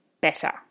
better